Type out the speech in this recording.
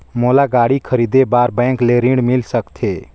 मोला गाड़ी खरीदे बार बैंक ले ऋण मिल सकथे?